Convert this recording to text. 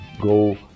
go